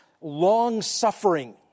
long-suffering